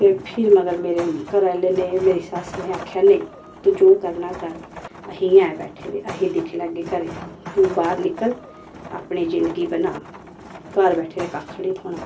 ते फिर मगर मेरे घरा आह्ले मैं मेरी सस्स ने आखेआ नेई तूं जो करना कर अहीं ऐं बैठे दे अहीं दिक्खी लैगे घरे तूं बाहर निकल अपनी जिंदगी बना घर बैठे दे कक्ख नी थ्होना